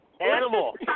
Animal